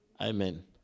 Amen